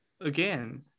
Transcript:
again